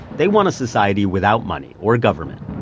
they want a society without money or government.